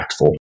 impactful